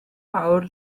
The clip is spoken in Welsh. mawr